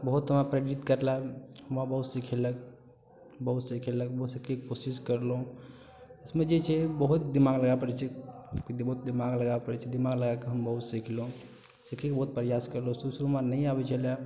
बहुत हमरा प्रेरित करला वहाँ बहुत सिखेलक बहुत सिखेलक हमहुँ सीखैके कोशिश करलहुँ इसमे जे छै बहुत दिमाग लगाय पड़ै छै दिमाग लगाय पड़ै छै दिमाग लगाके हम बहुत सिखलहुँ सिखैके बहुत प्रयास करलहुँ शुरू शुरूमे नहि आबै छलै